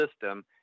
system